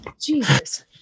Jesus